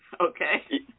okay